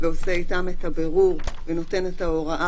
ועושה איתם את הבירור ונותן את ההוראה